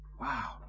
Wow